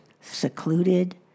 secluded